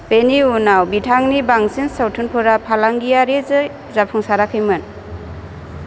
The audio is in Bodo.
बेनि उनाव बिथांनि बांसिन सावथुनफोरा फालांगियारियै जाफुंसाराखैमोन